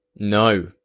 No